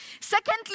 Secondly